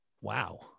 wow